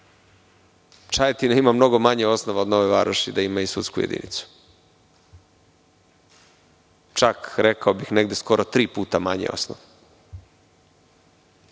Čajetina ima mnogo manje osnova od Nove Varoši da ima i sudsku jedinicu. Čak, rekao bih, negde skoro tri puta manji osnov. Ali,